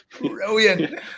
Brilliant